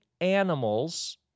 animals